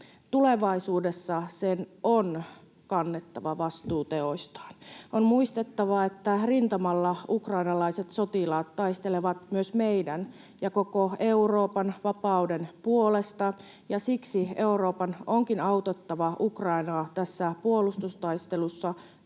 Tulevaisuudessa sen on kannettava vastuu teoistaan. On muistettava, että rintamalla ukrainalaiset sotilaat taistelevat myös meidän ja koko Euroopan vapauden puolesta, ja siksi Euroopan onkin autettava Ukrainaa tässä puolustustaistelussa yhä